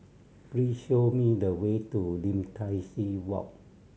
please show me the way to Lim Tai See Walk